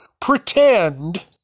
pretend